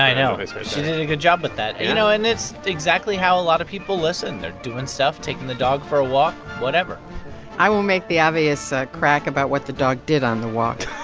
i know. she so did a good job with that. you know, and it's exactly how a lot of people listen. they're doing stuff, taking the dog for a walk, whatever i won't make the obvious crack about what the dog did on the walk